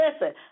Listen